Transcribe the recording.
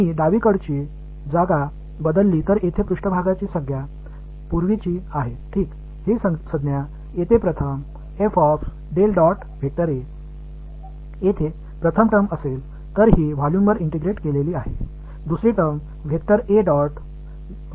எனவே நான் வலது புறத்தை மாற்றினால் என்ன நடக்கிறது என்றால் இங்கே மேற்பரப்பு வெளிப்பாடு முன்பு போலவே உள்ளது இந்த முதலாவது வெளிப்பாடு இங்கே இது கொள்ளளவு முழுவதும் வைக்கப்பட்டுள்ளது